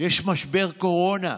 יש משבר קורונה,